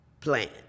plan